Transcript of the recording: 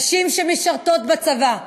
נשים שמשרתות בצבא,